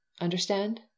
Understand